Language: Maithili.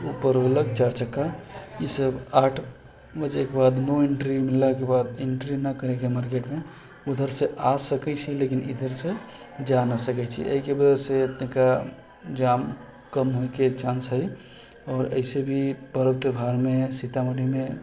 उपर होलक चार चक्का ईसब आठ बजेके बाद नो एन्ट्री मिललाके बाद एन्ट्री नहि करैके बा मार्केटमे उधरसँ आ सकै छी लेकिन इधरसँ जा नहि सकै छिए एहिके वजहसँ तनिका जाम कम होइके चान्स हइ आओर अइसे भी पर्व त्योहारमे सीतामढ़ीमे